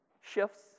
shifts